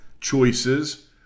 choices